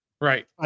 Right